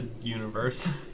Universe